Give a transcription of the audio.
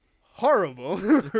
horrible